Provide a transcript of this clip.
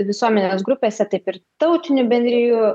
visuomenės grupėse taip ir tautinių bendrijų